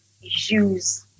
use